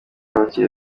abakiri